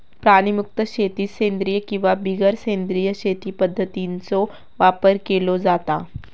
प्राणीमुक्त शेतीत सेंद्रिय किंवा बिगर सेंद्रिय शेती पध्दतींचो वापर केलो जाता